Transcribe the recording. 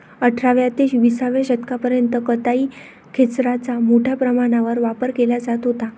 अठराव्या ते विसाव्या शतकापर्यंत कताई खेचराचा मोठ्या प्रमाणावर वापर केला जात होता